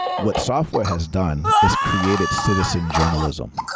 what software has done is created citizen journalism,